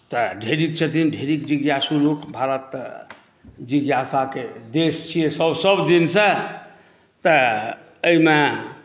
तऽ ढ़ेरिक छथिन ढ़ेरिक जिज्ञासु लोक भारत तऽ जिज्ञासाके देश छियै आर सभ दिनसँ तऽ एहिमे